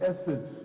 essence